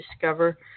discover